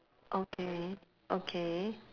okay okay